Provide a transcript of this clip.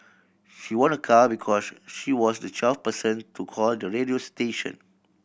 she won a car because she was the twelfth person to call the radio station